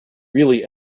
really